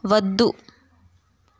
వద్దు